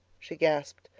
she gasped.